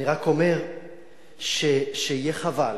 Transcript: אני רק אומר שיהיה חבל,